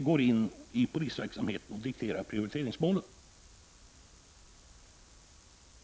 går in i polisverksamheten och dikterar prioriteringsmålen.